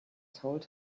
told